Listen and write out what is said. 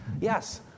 Yes